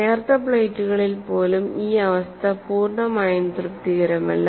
നേർത്ത പ്ലേറ്റുകളിൽ പോലും ഈ അവസ്ഥ പൂർണ്ണമായും തൃപ്തികരമല്ല